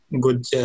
good